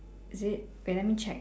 is it wait let me check